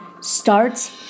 starts